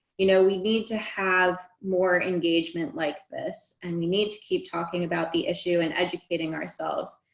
you know we need to have more engagement like this, and we need to keep talking about the issue and educating ourselves,